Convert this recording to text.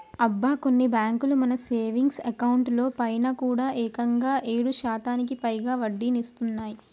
అబ్బా కొన్ని బ్యాంకులు మన సేవింగ్స్ అకౌంట్ లో పైన కూడా ఏకంగా ఏడు శాతానికి పైగా వడ్డీనిస్తున్నాయి